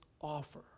offer